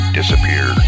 disappear